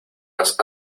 más